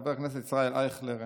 חבר הכנסת ישראל אייכלר,